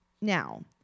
now